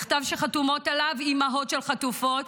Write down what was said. מכתב שחתומות עליו אימהות של חטופות